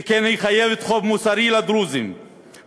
שכן היא חייבת חוב מוסרי לדרוזים בישראל,